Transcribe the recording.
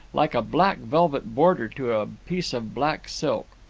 like a black velvet border to a piece of black silk.